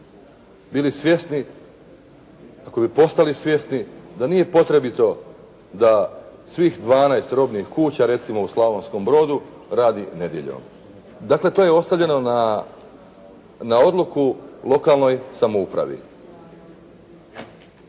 bili svjesno, kako bi postali svjesni da nije potrebito da svih 12 robnih kuća, recimo u Slavonskom Brodu radi nedjeljom. Dakle to je ostavljeno na odluku lokalnoj samoupravi.